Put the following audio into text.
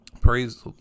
praise